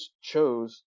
chose